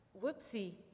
Whoopsie